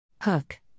Hook